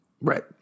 right